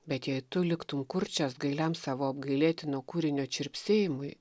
bet jei tu liktum kurčias gailiam savo apgailėtino kūrinio čirpsėjimui